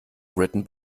written